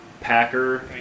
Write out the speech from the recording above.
Packer